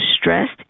stressed